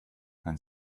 and